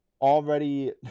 already